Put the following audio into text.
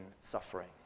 suffering